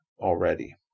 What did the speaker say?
already